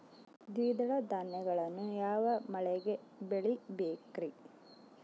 ದ್ವಿದಳ ಧಾನ್ಯಗಳನ್ನು ಯಾವ ಮಳೆಗೆ ಬೆಳಿಬೇಕ್ರಿ?